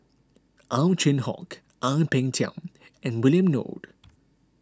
Ow Chin Hock Ang Peng Tiam and William Goode